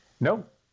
Nope